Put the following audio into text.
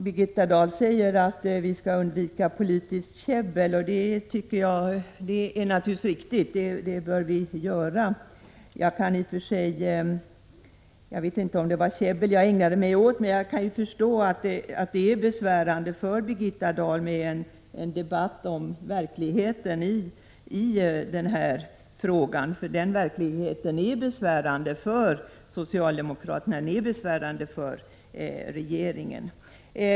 Birgitta Dahl säger att vi skall undvika politiskt käbbel. Det är naturligtvis riktigt att vi bör göra det. Jag vet inte om det var käbbel jag ägnade mig åt. Men jag kan förstå att det är besvärande för Birgitta Dahl med en debatt om verkligheten i den här frågan. Den verkligheten är besvärande för socialdemokraterna och för regeringen.